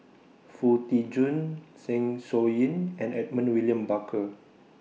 Foo Tee Jun Zeng Shouyin and Edmund William Barker